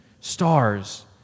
stars